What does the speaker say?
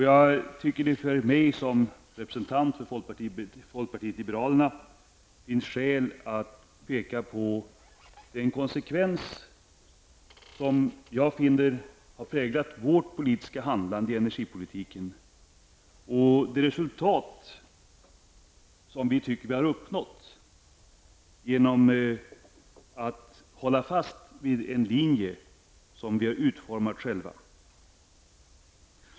Jag tycker att det för mig som representant för folkpartiet liberalerna finns skäl att peka på den konsekvens som jag finner har präglat vårt handlande i energipolitiken och de resultat som vi tycker vi har uppnått genom att hålla fast vid en linje som vi har utformat själva.